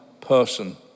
person